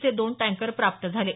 चे दोन टँकर प्राप्त झाले आहेत